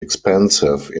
expensive